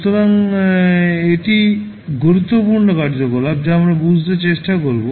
সুতরাং এটি গুরুত্বপূর্ণ কার্যকলাপ যা আমরা বুঝতে চেষ্টা করব